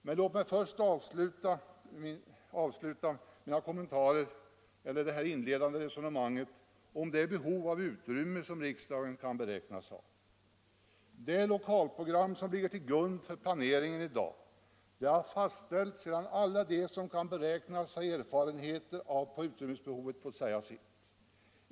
Med låt mig först avsluta mitt inledande resonemang om det behov av utrymme som riksdagen kan beräknas ha. Det lokalprogram som ligger till grund för planeringen i dag har fastställts sedan alla de som kan beräknas ha erfarenhet av utrymmesbehovet fått säga sitt.